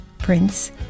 Prince